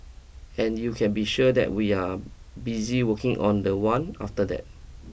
and you can be sure that we are busy working on the one after that